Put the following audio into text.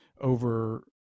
over